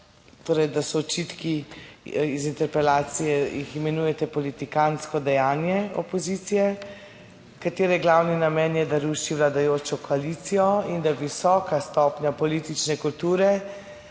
torej, da so očitki iz interpelacije jih imenujete politikantsko dejanje opozicije katere glavni namen je, da ruši vladajočo koalicijo in da visoka stopnja politične kulture,